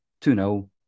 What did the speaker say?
2-0